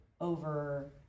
over